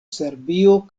serbio